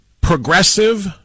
progressive